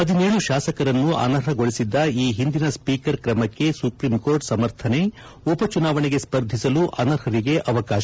ಹದಿನೇಳು ಶಾಸಕರನ್ನು ಅನರ್ಹಗೊಳಿಸಿದ್ದ ಈ ಹಿಂದಿನ ಸ್ವೀಕರ್ ಕ್ರಮಕ್ಕೆ ಸುಪ್ರೀಂಕೋರ್ಟ್ ಸಮರ್ಥನೆ ಉಪಚುನಾವಣೆಗೆ ಸ್ಪರ್ಧಿಸಲು ಅನರ್ಹರಿಗೆ ಅವಕಾಶ